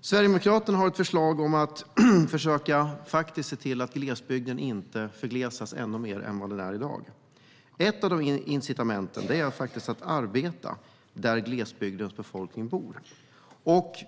Sverigedemokraterna har förslag för att se till att glesbygden inte förglesas ännu mer. Ett är att arbeta där glesbygdens befolkning bor.